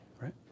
right